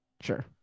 sure